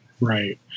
Right